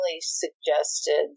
suggested